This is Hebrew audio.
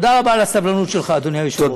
תודה רבה על הסבלנות שלך, אדוני היושב-ראש.